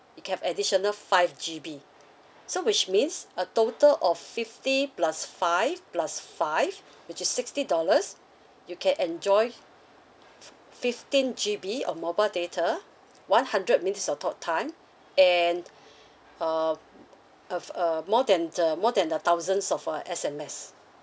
you can have additional five G_B so which means a total of fifty plus five plus five which is sixty dollars you can enjoy f~ fifteen G_B of mobile data one hundred minutes of talktime and um uh f~ uh more than the more than the thousands of uh S_M_S